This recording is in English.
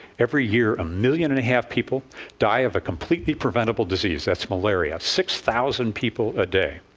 every year a million and a half people die of a completely preventable disease. that's malaria. six thousand people a day.